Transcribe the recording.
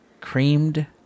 creamed